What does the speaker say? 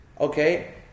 Okay